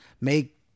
make